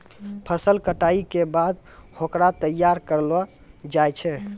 फसल कटाई के बाद होकरा तैयार करलो जाय छै